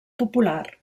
popular